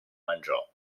mangiò